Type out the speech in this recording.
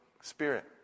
Spirit